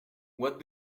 what